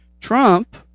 Trump